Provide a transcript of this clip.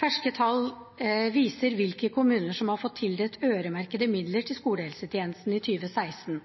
Ferske tall viser hvilke kommuner som har fått tildelt øremerkede midler til skolehelsetjenesten i 2016.